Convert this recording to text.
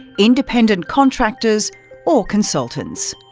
independent contractors or consultants.